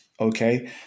okay